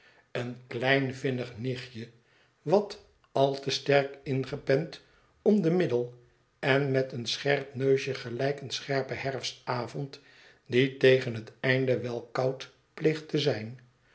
een klein vinnig nichtje wat al te sterk ingepehd om de middel en met een scherp neusje gelijk een scherpen herfstavond die tegen het einde wel wat koud pleegt te zijn